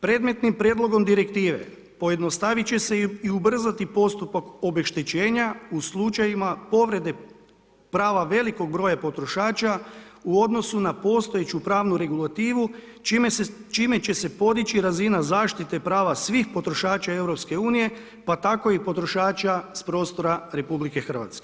Predmetnim prijedlogom direktive pojednostavit će se i ubrzati postupak obeštećenja u slučajima povrede prava velikog broja potrošača u odnosu na postojeću pravnu regulativu čime će se podići razina zaštite prava svih potrošača EU-a pa tako i potrošača s prostora RH.